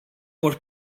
vor